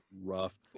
rough